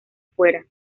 afuera